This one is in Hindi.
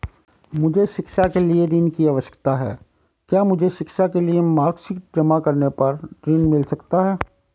मुझे शिक्षा के लिए ऋण की आवश्यकता है क्या मुझे शिक्षा के लिए मार्कशीट जमा करने पर ऋण मिल सकता है?